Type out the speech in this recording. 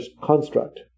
construct